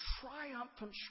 triumphant